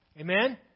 Amen